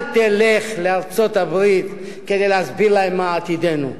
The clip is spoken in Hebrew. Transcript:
אל תלך לארצות-הברית כדי להסביר להם מה עתידנו.